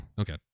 Okay